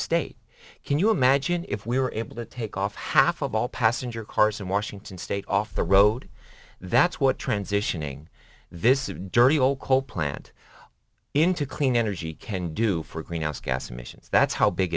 state can you imagine if we were able to take off half of all passenger cars in washington state off the road that's what transitioning this dirty old coal plant into clean energy can do for greenhouse gas emissions that's how big